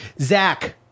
Zach